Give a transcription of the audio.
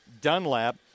Dunlap